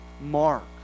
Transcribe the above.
mark